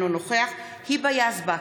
אינו נוכח היבה יזבק,